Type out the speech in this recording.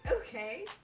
Okay